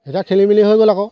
এতিয়া খেলিমেলি হৈ গ'ল আক'